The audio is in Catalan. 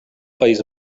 país